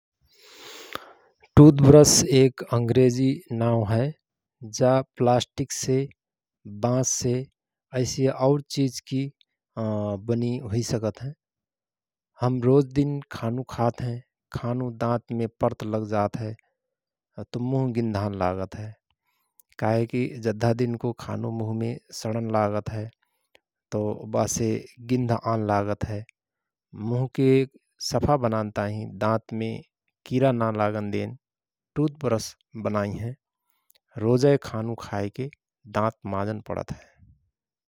टुथ ब्रस एक अंग्रेजी नाओं हय । जा प्लास्टिक से, बाँस से, ऐसिय और चिझकि बनि हुई सकत हयं । हम रोेज दिन खानु खात हयँ खानु दात मे पर्त लगजात हय त मुह गिन्धानलागतहय काहेकि जद्धा दिनको खानु मुहमे सणन लागतहय तओ बासे गिन्ध आन लागतहय । मुहके सफा बनान ताहिँ दाँतमे किरा ना लागन देन टुथ ब्रस बनाई हयं । रोजय खानु खाएके दाँत माजन पणत हय ।